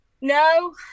No